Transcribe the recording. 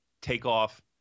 takeoff